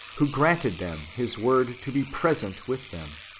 who granted them his word to be present with them.